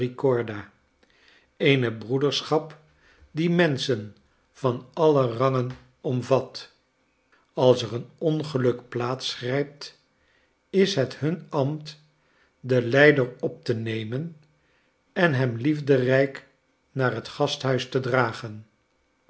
eene broederschap die menschen van alle rangen omvat als er een ongeluk plaats grijpt is het hun ambt den lijder op te nemen en hem liefderijk naar het gasthuis te dragen